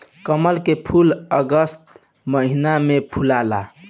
कमल के फूल अगस्त महिना में फुलाला